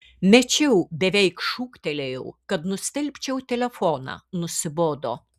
mečiau beveik šūktelėjau kad nustelbčiau telefoną nusibodo